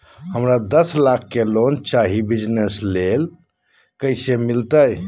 हमरा दस लाख के लोन चाही बिजनस ले, कैसे मिलते?